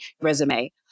resume